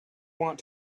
want